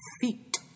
feet